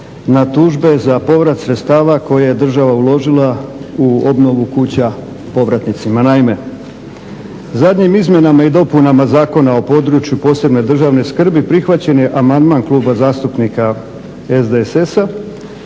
na tužbe za povrat sredstava koje je država uložila u obnovu kuća povratnicima. Naime, zadnjim Izmjenama i dopunama Zakona o području posebne državne skrbi prihvaćen je amandman Kluba zastupnika SDSS-a